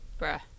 bruh